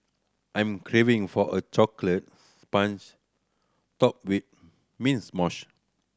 I'm craving for a chocolate sponge topped with mints mousse